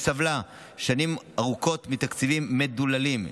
שסבלה שנים ארוכות מתקציבים מדולדלים,